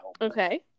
Okay